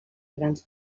grans